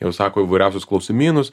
jie užsako įvairiausius klausimynus